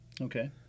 Okay